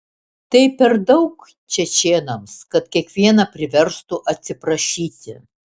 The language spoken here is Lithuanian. tai per daug čečėnams kad kiekvieną priverstų atsiprašyti